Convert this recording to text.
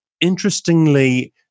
interestingly